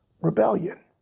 Rebellion